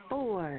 Four